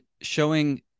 showing